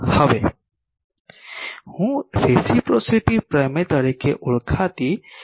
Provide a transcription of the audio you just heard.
હવે હું રિપ્રોસિટી પ્રમેય તરીકે ઓળખાતી એક પ્રમેયની વિનંતી કરું છું